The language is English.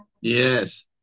yes